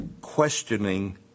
questioning